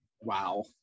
Wow